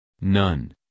None